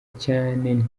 cyane